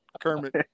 Kermit